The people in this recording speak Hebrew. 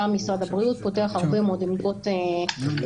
גם משרד הבריאות פותח הרבה מאוד עמדות ברשויות